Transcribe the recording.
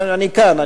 אני כאן.